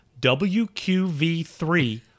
WQV3